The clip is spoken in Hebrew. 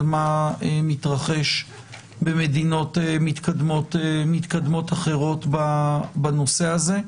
על מה מתרחש במדינות מתקדמות אחרות בנושא הזה.